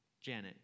Janet